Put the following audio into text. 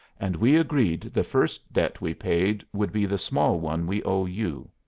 and we agreed the first debt we paid would be the small one we owe you.